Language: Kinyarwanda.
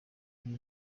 uyu